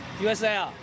USA